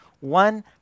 one